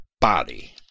body